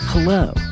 Hello